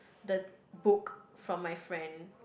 the book from my friend